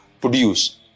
produce